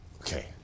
okay